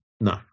No